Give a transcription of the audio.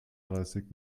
dreißig